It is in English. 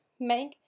make